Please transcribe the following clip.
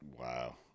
Wow